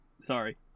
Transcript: Sorry